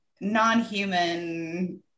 non-human